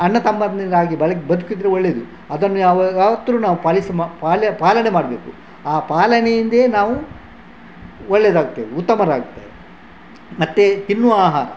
ಅಣ್ಣ ತಮ್ಮಂದಿರಾಗಿ ಬಾಳಿ ಬದುಕಿದರೆ ಒಳ್ಳೆಯದು ಅದನ್ನು ಯಾವತ್ತೂ ನಾವು ಪಾಲಿಸಿ ಮಾ ಪಲ್ಯ ಪಾಲನೆ ಮಾಡಬೇಕು ಆ ಪಾಲನೆಯಿಂದೇ ನಾವು ಒಳ್ಳೆಯದಾಗ್ತೇವೆ ಉತ್ತಮರಾಗ್ತೇವೆ ಮತ್ತೆ ತಿನ್ನುವ ಆಹಾರ